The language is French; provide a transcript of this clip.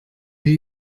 j’ai